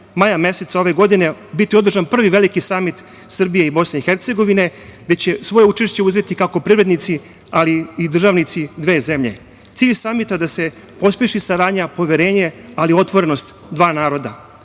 maja meseca ove godine biti održan Prvi veliki Samit Srbije i BiH, gde će svoje učešće uzeti, kako privrednici, ali i državnici dve zemlje. Cilj Samita je da se pospeši saradnja, poverenje, ali i otvorenost dva naroda,